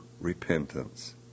repentance